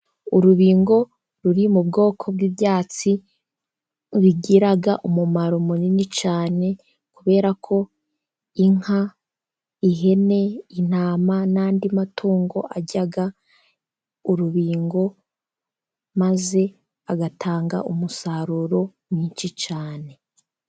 Urubingo ruri mu bwoko bw'ibyatsi, bigira umumaro munini cyane, kubera ko inka, ihene, intama n'andi matungo, arya urubingo maze agatanga umusaruro mwinshi cyane.